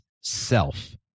self